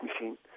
Machine